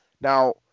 Now